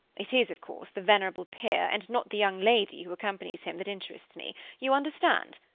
it is, of course, the venerable peer, and not the young lady who accompanies him, that interests me you understand?